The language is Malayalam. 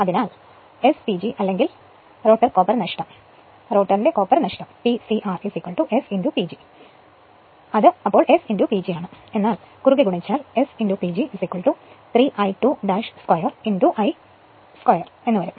അതിനാൽ S PG അല്ലെങ്കിൽ റോട്ടർ കോപ്പർ നഷ്ടം P cr S PG ആണ് അത് S PG ആണ് എന്നാൽ കുറുകെ ഗുണിച്ചാൽ S PG 3 I2 2 I2